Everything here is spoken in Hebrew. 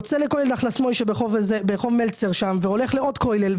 יוצא לכולל ברחוב מלצר ואחר כך לעוד כולל,